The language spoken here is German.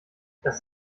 das